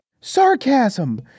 sarcasm